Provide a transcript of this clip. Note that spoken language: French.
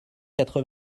quatre